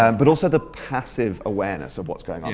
um but also the passive awareness of what's going.